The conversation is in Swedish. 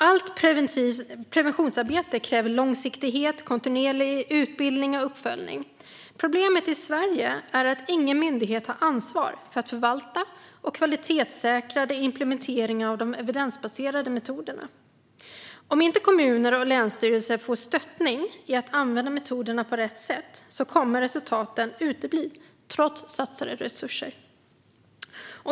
Allt preventionsarbete kräver långsiktighet, kontinuerlig utbildning och uppföljning. Problemet i Sverige är att ingen myndighet har ansvar för att förvalta och kvalitetssäkra implementeringen av de evidensbaserade metoderna. Om inte kommuner och länsstyrelser får stöttning i att använda metoderna på rätt sätt kommer resultaten att utebli, trots satsade resurser.